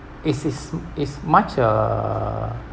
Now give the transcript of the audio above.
is this is march uh